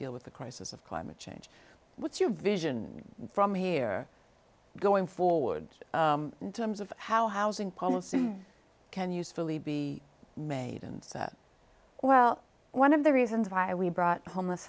deal with the crisis of climate change what's your vision from here going forward in terms of how housing policy can usefully be made and said well one of the reasons why we brought homeless